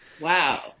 wow